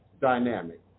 dynamic